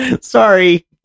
Sorry